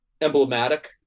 emblematic